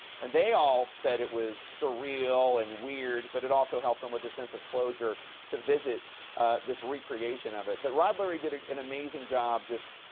and they all said it was surreal and weird, but it also helped them with a sense of closure to visit this recreation of it. but rod leery did an amazing job. he